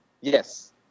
Yes